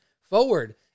forward